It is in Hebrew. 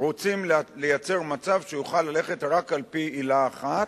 רוצים לייצר מצב שהוא יוכל ללכת רק על-פי עילה אחת,